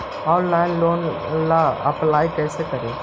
Online loan ला apply कैसे करी?